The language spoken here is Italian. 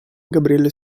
gabriele